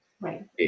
Right